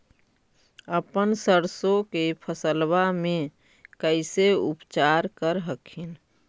अपन सरसो के फसल्बा मे कैसे उपचार कर हखिन?